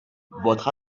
votre